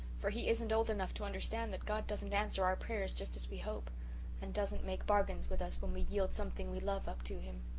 for he isn't old enough to understand that god doesn't answer our prayers just as we hope and doesn't make bargains with us when we yield something we love up to him.